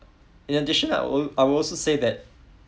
in addition I would I would also say that